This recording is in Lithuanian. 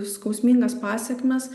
skausmingas pasekmes